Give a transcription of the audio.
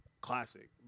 Classic